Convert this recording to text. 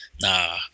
Nah